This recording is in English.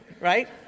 right